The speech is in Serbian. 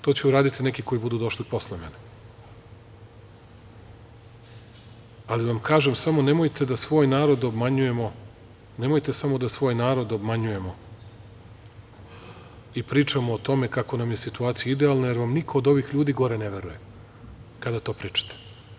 To će uraditi neki koji budu došli posle mene, ali vam kažem samo nemojte da svoj narod obmanjujemo i pričamo o tome kako nam je situacija idealna, jer vam niko od ovih ljudi gore ne veruje kada to pričate.